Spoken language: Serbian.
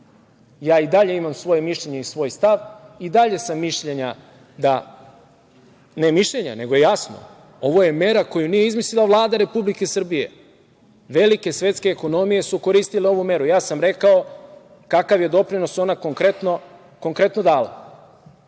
Ja i dalje imam svoje mišljenje i svoj stav i dalje sam mišljenja da, ne mišljenja, nego je jasno, ovo je mera koju nije izmislila Vlada Republike Srbije. Velike svetske ekonomije su koristile ovu meru. Rekao sam kakav je doprinos ona konkretno